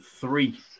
three